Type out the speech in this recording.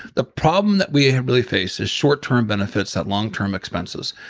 the problem that we really faced is short term benefits at long-term expenses.